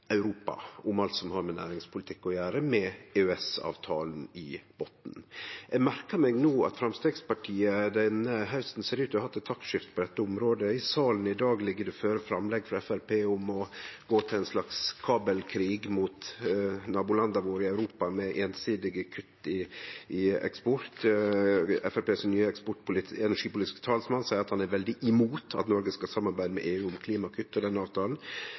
Europa om alt som har med næringspolitikk å gjere, med EØS-avtalen i botnen. Eg merkar meg at Framstegspartiet denne hausten har hatt eit taktskifte på dette området. I salen i dag ligg det føre framlegg frå Framstegspartiet om å gå til ein slags kabelkrig mot nabolanda våre i Europa med einsidige kutt i eksport. Den nye energipolitiske talsmannen for Framstegspartiet seier han er veldig imot at Noreg skal samarbeide med EU om klimakutt i denne avtalen.